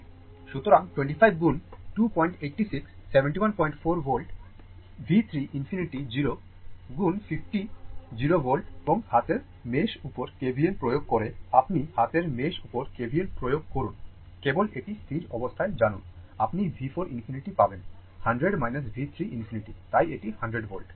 সুতরাং 25 গুণ 286 714 volt V 3 ∞ 0 গুণ 50 0 volt এবং হাতের মেশ উপর KVL প্রয়োগ করে আপনি হাতের মেশ উপর KVL প্রয়োগ করুন কেবল এটি স্থির অবস্থায় জানুন আপনি V 4 ∞ পাবেন 100 V 3 ∞ তাই এটি 100 volt